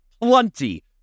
plenty